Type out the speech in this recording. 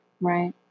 Right